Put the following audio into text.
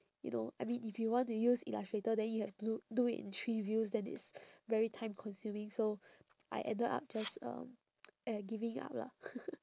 you know I mean if you want to use illustrator then you have to loo~ do it in three views then it's very time consuming so I ended up just um uh giving up lah